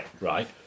right